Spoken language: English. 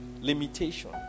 limitation